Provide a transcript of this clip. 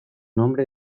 nombre